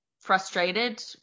frustrated